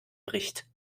bricht